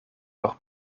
por